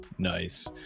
nice